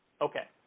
Okay